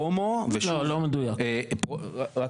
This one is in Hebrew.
לא, לא מדויק.